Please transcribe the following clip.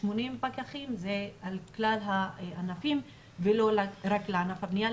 80 פקחים זה על כלל הענפים ולא רק לענף הבנייה,